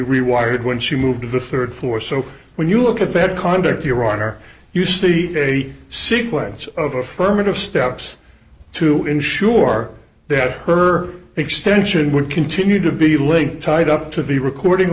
rewired when she moved to the rd floor so when you look at their conduct your honor you see a sequence of affirmative steps to ensure that her extension would continue to be linked tied up to the recording